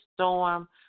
storm